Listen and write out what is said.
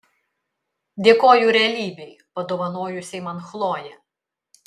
dėkoju realybei padovanojusiai man chloję